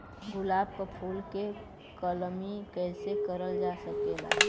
गुलाब क फूल के कलमी कैसे करल जा सकेला?